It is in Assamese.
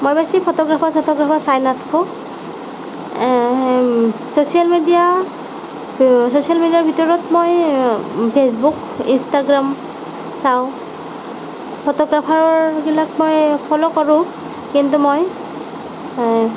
মই বেছি ফটোগ্ৰাফাৰ চটোগ্ৰাফাৰ চাই নাথাকোঁ চ'ছিয়েল মিডিয়া চ'ছিয়েল মিডিয়াৰ ভিতৰত মই ফেচবুক ইনষ্টাগ্ৰাম চাওঁ ফটোগ্ৰাফাৰৰবিলাক মই ফ'ল' কৰোঁ কিন্তু মই